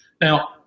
now